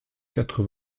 quatre